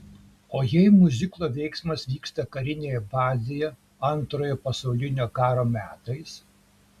o jei miuziklo veiksmas vyksta karinėje bazėje antrojo pasaulinio karo metais